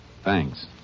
Thanks